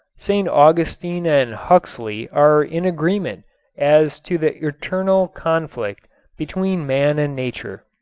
st. augustine and huxley are in agreement as to the eternal conflict between man and nature.